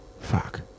fuck